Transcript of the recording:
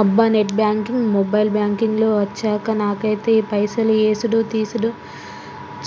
అబ్బా net banking mobile banking లు అచ్చాక నాకైతే ఈ పైసలు యేసుడు తీసాడు